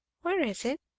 where is it?